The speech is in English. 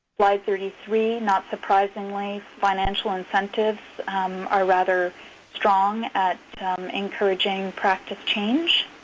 slide thirty three, not surprisingly, financial incentives are rather strong at encouraging practice change.